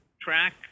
track